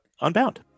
Unbound